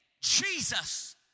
Jesus